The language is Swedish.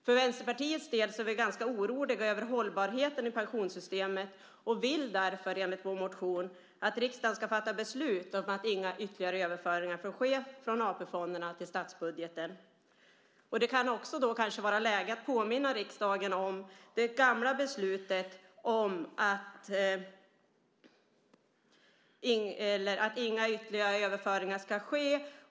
Vi i Vänsterpartiet är ganska oroliga över pensionssystemets hållbarhet och vill därför, i enlighet med vår motion, att riksdagen fattar beslut om att inga ytterligare överföringar får ske från AP-fonderna till statsbudgeten. Det kan då kanske också vara läge att påminna riksdagen om det gamla beslutet om att inga ytterligare överföringar ska ske.